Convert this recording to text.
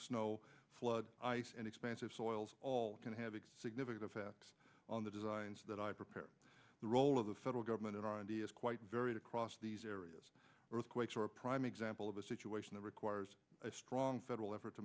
snow flood ice and expansive soils all can have a significant effect on the designs that i prepare for the role of the federal government in r and d is quite varied across these areas earthquakes are a prime example of a situation that requires a strong federal effort to